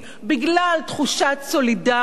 בגלל תחושת סולידריות.